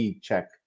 check